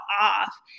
off